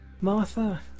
Martha